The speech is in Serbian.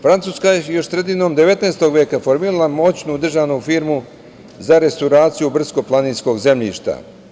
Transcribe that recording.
Francuska je još sredinom 19 veka formirala moćnu državnu firmu za restauraciju brdsko-planinskog zemljišta.